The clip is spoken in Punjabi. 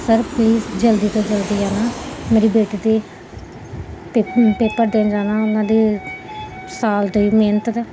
ਸਰ ਪਲੀਜ਼ ਜਲਦੀ ਤੋਂ ਜਲਦੀ ਆਉਣਾ ਮੇਰੀ ਬੇਟੀ ਦੇ ਪੇਪ ਪੇਪਰ ਦੇਣ ਜਾਣਾ ਉਹਨਾਂ ਦੇ ਸਾਲ ਦੀ ਮਿਹਨਤ ਦਾ